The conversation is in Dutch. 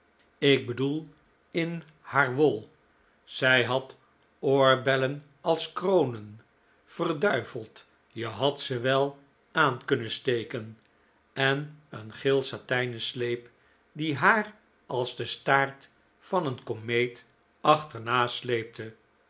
ik bedoel in haar wol zij had oorbellen als kronen verduiveld je had ze wel aan kunnefl steken en een geel satijnen sleep die haar als de staart van een komeet achterna sleep